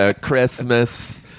Christmas